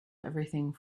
everything